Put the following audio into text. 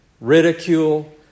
ridicule